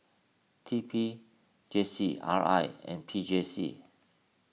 T P J C R I and P J C